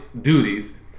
duties